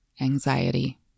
Anxiety